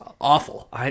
awful